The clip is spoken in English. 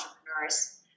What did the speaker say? entrepreneurs